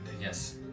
yes